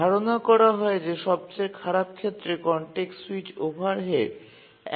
ধারণা করা হয় যে সবচেয়ে খারাপ ক্ষেত্রে কনটেক্সট স্যুইচ ওভারহেড ১ মিলিসেকেন্ড হয়